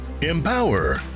empower